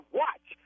watch